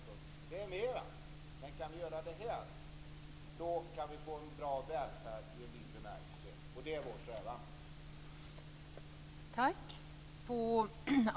Men kan vi göra detta, kan vi få en bra välfärd i en vid bemärkelse. Och det är vår strävan.